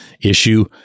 issue